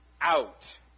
out